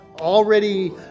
already